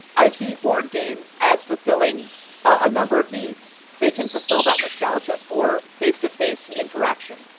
i see board games as fulfilling a number of needs. they can fulfil that nostalgia for face-to-face interaction.